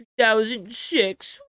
2006